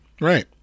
Right